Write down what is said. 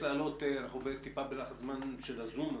אנחנו טיפה בלחץ זמן של הזום הזה.